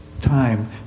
time